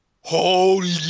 Holy